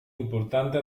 importante